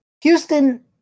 Houston –